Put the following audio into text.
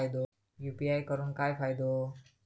UPI करून काय फायदो?